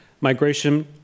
migration